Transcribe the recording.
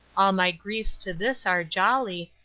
all my griefs to this are jolly,